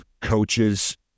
coaches